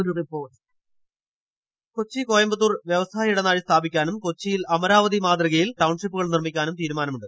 ഒരു റിപ്പോർട്ട് കൊച്ചി കോയമ്പത്തൂർ വ്യവസായ ഇടനാഴി സ്ഥാപിക്കാനും കൊച്ചിയിൽ അമരാവതി മാതൃകയിൽ ജിഡിസിഎ ടൌൺഷിപ്പുകൾ നിർമ്മിക്കാനും തീരു മാനമുണ്ട്